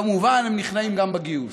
כמובן, הם נכנעים גם בגיוס,